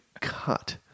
Cut